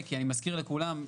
אני מזכיר לכולם,